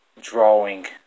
drawing